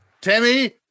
Timmy